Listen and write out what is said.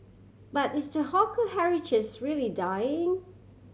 but is the hawker heritages really dying